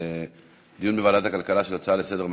לדיון בוועדת הכלכלה של ההצעות לסדר-היום,